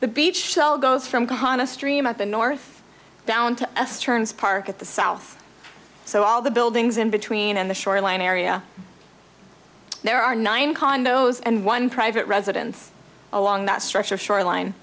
the beach shell goes from kahana stream at the north down to park at the south so all the buildings in between and the shoreline area there are nine condos and one private residence along that stretch of shoreline